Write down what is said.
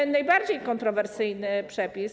I najbardziej kontrowersyjny przepis.